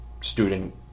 Student